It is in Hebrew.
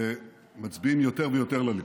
ומצביעים יותר ויותר לליכוד.